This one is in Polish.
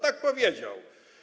Tak powiedział.